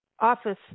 office